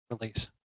release